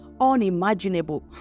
Unimaginable